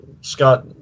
Scott